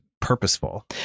purposeful